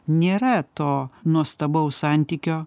nėra to nuostabaus santykio